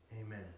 Amen